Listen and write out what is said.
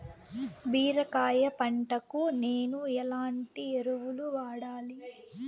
బీరకాయ పంటకు నేను ఎట్లాంటి ఎరువులు వాడాలి?